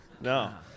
No